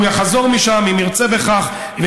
והוא יחזור משם, אם ירצה בכך.